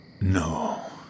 No